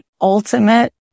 ultimate